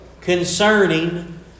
concerning